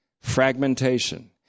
Fragmentation